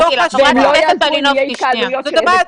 והם לא יעזרו אם יהיו התקהלויות.